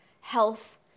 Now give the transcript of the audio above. health